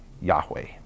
Yahweh